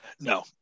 No